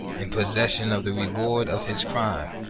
in possession of the reward of his crime.